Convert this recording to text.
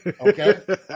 Okay